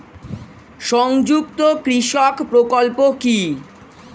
সংযুক্ত কৃষক প্রকল্প কি?